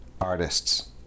Artists